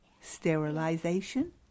sterilization